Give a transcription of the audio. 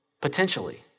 Potentially